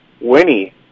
Winnie